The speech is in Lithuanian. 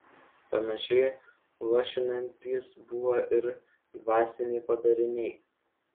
panašiai luošinantys buvo ir dvasiniai padariniai